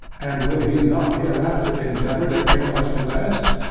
and will he not hereafter endeavour to make us less?